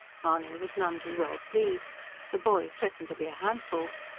mahony was none too well pleased the boy threatened to be a handful.